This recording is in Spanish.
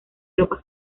tropas